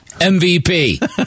MVP